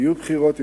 יהיו בחירות,